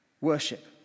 worship